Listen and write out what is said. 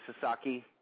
Sasaki